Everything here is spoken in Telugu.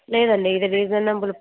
లేదండి ఇది రీజనబుల్